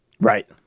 Right